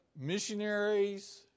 missionaries